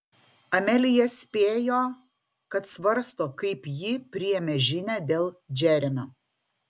amelija spėjo kad svarsto kaip ji priėmė žinią dėl džeremio